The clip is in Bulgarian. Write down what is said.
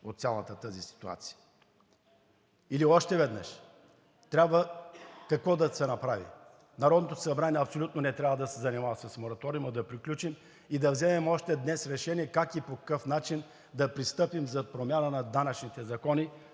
от цялата тази ситуация? Какво трябва да се направи? Народното събрание абсолютно не трябва да се занимава с мораториума, да приключим и да вземем още днес решение как и по какъв начин да пристъпим за промяна на данъчните закони,